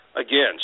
again